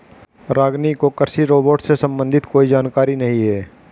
रागिनी को कृषि रोबोट से संबंधित कोई जानकारी नहीं है